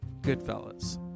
Goodfellas